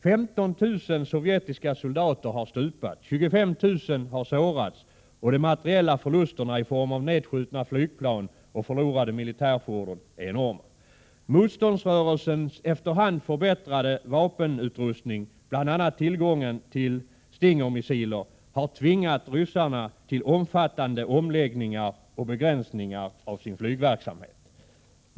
15 000 sovjetiska soldater har stupat, 25 000 har sårats och de materiella förlusterna i form av nedskjutna flygplan och förlorade militärfordon är enorma. Motståndsrörelsens i efterhand förbättrade vapenutrustning, bl.a. tillgången till Stingermissiler, har tvingat ryssarna till omfattande omläggningar och begränsningar av sin flygverksamhet.